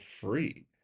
free